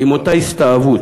עם אותה הסתאבות.